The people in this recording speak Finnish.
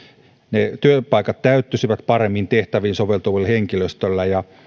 ne työpaikat täyttyisivät paremmin tehtäviin soveltuvalla henkilöstöllä ja